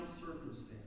circumstance